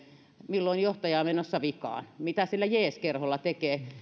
milloin johtaja on menossa vikaan mitä sillä jees kerholla tekee